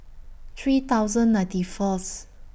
three thousand ninety Fourth